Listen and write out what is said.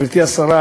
השרה,